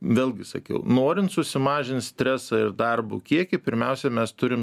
vėlgi sakiau norint susimažint stresą ir darbo kiekį pirmiausia mes turim